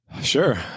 Sure